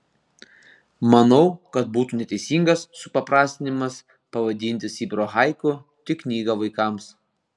manau kad būtų neteisingas supaprastinimas pavadinti sibiro haiku tik knyga vaikams